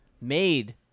made